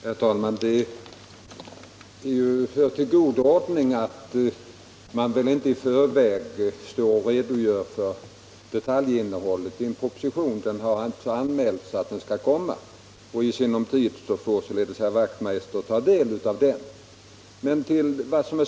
Herr talman! Det hör till god ordning att man inte i förväg redogör för detaljinnehållet i en proposition. Det har anmälts att den skall komma, och i sinom tid får således herr Wachtmeister ta del av den.